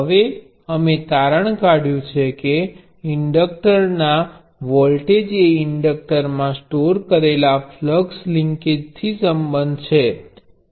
હવે અમે તારણ કાઢ્યુ છે છે કે ઇન્ડક્ટક્ટરન નો વોલ્ટેજ એ ઇન્ડક્ટરમાં સ્ટોર કરેલા ફ્લક્સ લિન્કેજ થી સંબંધિત છે